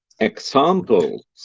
Examples